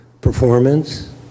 performance